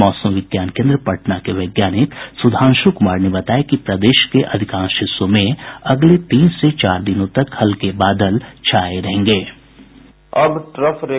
मौसम विज्ञान केन्द्र पटना के वैज्ञानिक सुधांशु कुमार ने बताया है कि प्रदेश के आधिकांश भागों में अगले तीन से चार दिनों तक हल्के बादल छाये रहेंगे